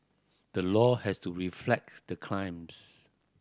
the law has to reflect the crimes